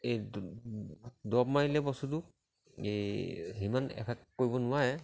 এই দৰৱ মাৰিলে বস্তুটো এই সিমান এফেক্ট কৰিব নোৱাৰে